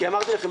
כי אמרתי לכם,